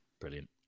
Brilliant